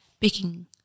picking